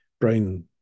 Brain